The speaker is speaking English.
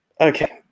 Okay